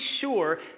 sure